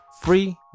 free